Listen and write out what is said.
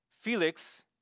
Felix